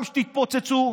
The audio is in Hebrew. גם שתתפוצצו,